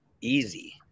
easy